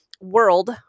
World